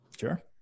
Sure